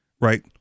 Right